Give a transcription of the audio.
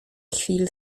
chwil